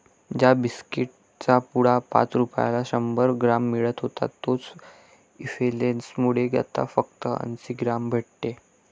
ज्या बिस्कीट चा पुडा पाच रुपयाला शंभर ग्राम मिळत होता तोच इंफ्लेसन मुळे आता फक्त अंसी ग्राम भेटते